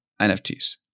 NFTs